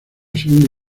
segunda